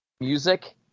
music